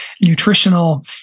nutritional